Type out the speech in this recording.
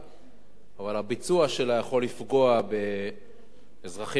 אבל הביצוע שלה יכול לפגוע באזרחים רבים בישראל,